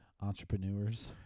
entrepreneurs